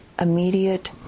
immediate